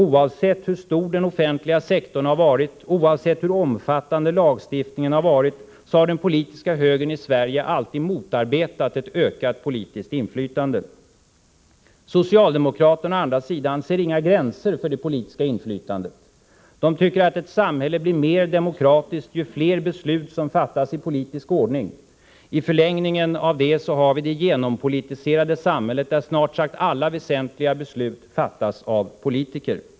Oavsett hur stor den offentliga sektorn har varit och oavsett hur omfattande lagstiftningen har varit, har den politiska högern i Sverige alltid motarbetat ett ökat politiskt inflytande. Socialdemokraterna, å andra sidan, ser inga gränser för det politiska inflytandet. De tycker att ett samhälle blir mer demokratiskt ju fler beslut som fattas i politisk ordning. I förlängningen av detta kan vi se det genompolitiserade samhället, där snart sagt alla väsentliga beslut fattas av politiker.